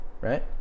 right